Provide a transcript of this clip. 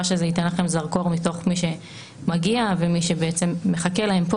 שזה ייתן לכם זרקור מתוך מי שמגיע ומי שבעצם מחכה להם פה.